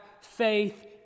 faith